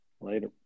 Later